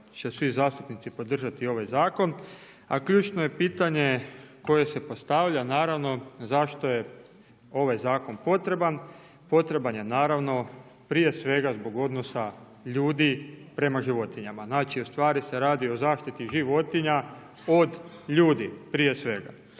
će svi zastupnici podržati ovaj zakon, a ključno je pitanje koje se postavlja, naravno, zašto je ovaj zakon potreban, potreban je naravno prije svega zbog odnosa ljudi prema životinjama. Znači, u stvari se radi o zaštiti životinja od ljudi, prije svega.